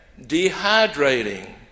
dehydrating